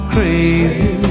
Crazy